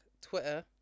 Twitter